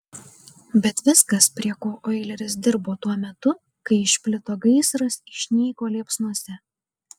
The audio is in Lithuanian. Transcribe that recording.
bet viskas prie ko oileris dirbo tuo metu kai išplito gaisras išnyko liepsnose